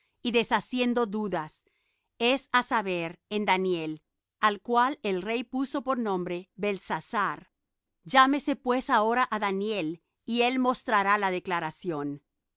y deshaciendo dudas es á saber en daniel al cual el rey puso por nombre beltsasar llámese pues ahora á daniel y él mostrará la declaración